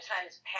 times